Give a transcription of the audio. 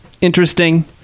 interesting